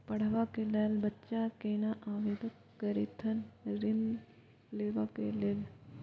पढ़वा कै लैल बच्चा कैना आवेदन करथिन ऋण लेवा के लेल?